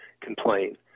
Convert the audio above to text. complain